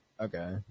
Okay